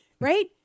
Right